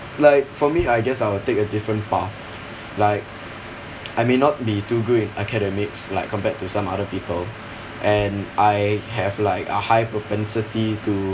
like for me I guess I will take a different path like I may not be too good in academics like compared to some other people and I have like a high propensity to